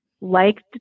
liked